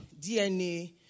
DNA